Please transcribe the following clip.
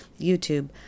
YouTube